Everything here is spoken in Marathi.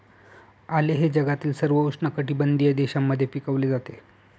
आले हे जगातील सर्व उष्णकटिबंधीय देशांमध्ये पिकवले जाते